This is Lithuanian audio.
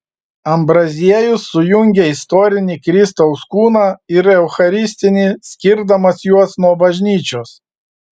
ambraziejus sujungia istorinį kristaus kūną ir eucharistinį skirdamas juos nuo bažnyčios